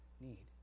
need